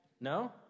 No